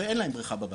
ואין להם בריכה בבית.